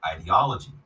ideology